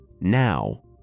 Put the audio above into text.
now